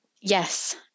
yes